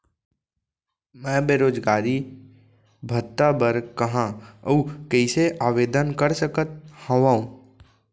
मैं बेरोजगारी भत्ता बर कहाँ अऊ कइसे आवेदन कर सकत हओं?